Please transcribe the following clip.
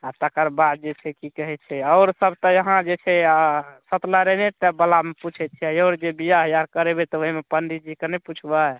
आ तकरबाद जे छै कि कहै छै आओर सब तऽ अहाँ जे छै सतलरायणेटा बलामे पूछे छियै आओर जे बिआह आर करेबै तऽ ओहिमे पंडीजीके नहि पुछ्बै